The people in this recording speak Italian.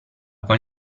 con